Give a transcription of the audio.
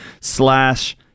slash